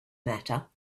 matter